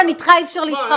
ביטן, איתך אי אפשר להתחרות.